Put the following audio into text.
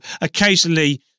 occasionally